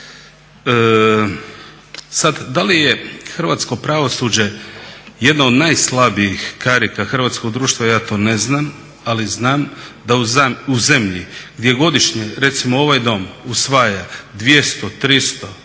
Sad da li je hrvatsko pravosuđe jedna od najslabijih karika hrvatskog društva ja to ne znam, ali znam da u zemlji gdje godišnje recimo ovaj dom usvaja 200, 300,